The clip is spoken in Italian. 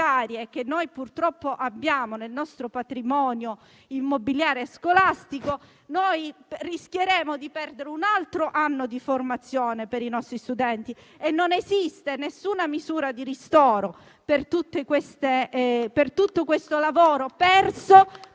che noi, purtroppo, abbiamo nel nostro patrimonio immobiliare scolastico, rischieremo di perdere un altro anno di formazione per i nostri studenti. Non esiste alcuna misura di ristoro per tutto questo lavoro perso,